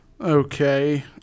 Okay